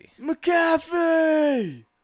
McAfee